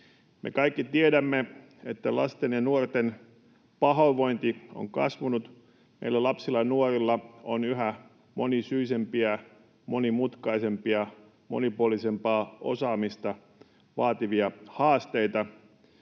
Me kaikki tiedämme, että lasten ja nuorten pahoinvointi on kasvanut, meidän lapsilla ja nuorilla on yhä monisyisempiä, monimutkaisempia, monipuolisempaa osaamista vaativia haasteita,